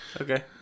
Okay